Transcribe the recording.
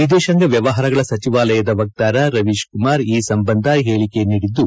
ವಿದೇಶಾಂಗ ವ್ಯವಹಾರಗಳ ಸಚಿವಾಲಯದ ವಕ್ತಾರ ರವೀಶ್ ಕುಮಾರ್ ಈ ಸಂಬಂಧ ಹೇಳಿಕೆ ನೀಡಿದ್ದು